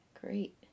Great